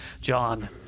john